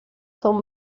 son